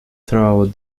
throughout